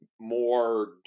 more